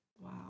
Wow